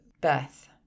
Beth